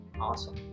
Awesome